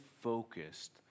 focused